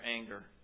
anger